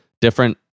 different